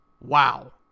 wow